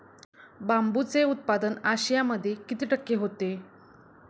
बांबूचे उत्पादन आशियामध्ये किती टक्के होते?